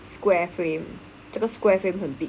square frame 这个 square frame 很 big